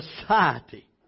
society